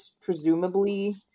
presumably